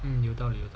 嗯有道理的